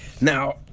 Now